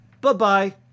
bye-bye